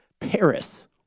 Paris